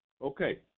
Okay